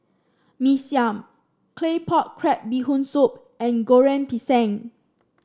Mee Siam Claypot Crab Bee Hoon Soup and Goreng Pisang